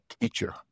teacher